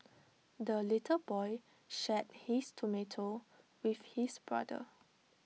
the little boy shared his tomato with his brother